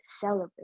celebrate